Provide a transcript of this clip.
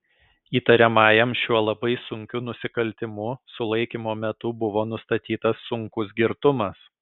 įtariamajam šiuo labai sunkiu nusikaltimu sulaikymo metu buvo nustatytas sunkus girtumas